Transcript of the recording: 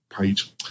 page